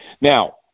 Now